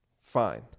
Fine